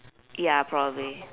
ya probably